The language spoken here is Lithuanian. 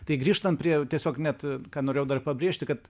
tai grįžtant prie tiesiog net ką norėjau dar pabrėžti kad